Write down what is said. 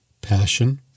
Passion